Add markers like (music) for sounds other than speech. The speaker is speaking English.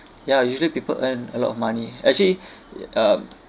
ya usually people earn a lot of money actually (breath) um